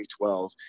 2012